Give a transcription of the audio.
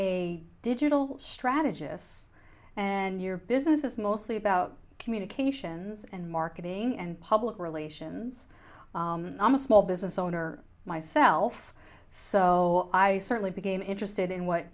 a digital strategists and your business is mostly about communications and marketing and public relations i'm a small business owner myself so i certainly became interested in what